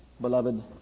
Beloved